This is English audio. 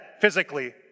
physically